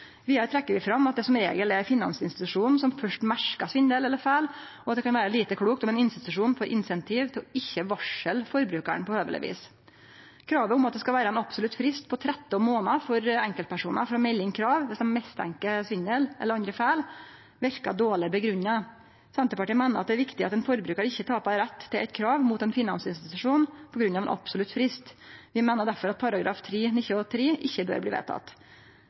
Vidare trekkjer vi fram at det som regel er finansinstitusjonen som først merkar svindel eller feil, og at det kan vere lite klokt om ein institusjon får incentiv til ikkje å varsle forbrukaren på høveleg vis. Kravet om at det skal vere ein absolutt frist på 13 månader for enkeltpersonar for å melde inn krav dersom dei mistenkjer svindel eller andre feil, verkar dårleg grunngjeve. Senterpartiet meiner det er viktig at ein forbrukar ikkje taper retten til eit krav mot ein finansinstitusjon på grunn av ein absolutt frist. Vi meiner derfor at § 3-19 tredje ledd ikkje bør bli